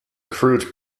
crude